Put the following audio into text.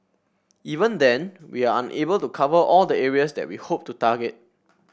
even then we are unable to cover all the areas that we hope to target